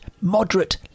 moderate